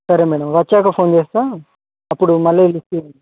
సరే మేడమ్ వచ్చాక ఫోన్ చేస్తా అప్పుడు మళ్ళీ లిఫ్టివ్వండి